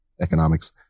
economics